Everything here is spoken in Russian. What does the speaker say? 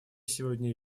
сегодня